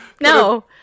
No